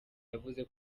yavuze